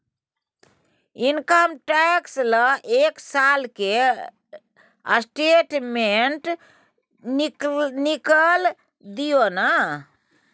Income tax ल एक साल के स्टेटमेंट निकैल दियो न?